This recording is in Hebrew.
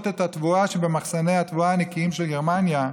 את התבואה שבמחסני התבואה הנקיים של גרמניה,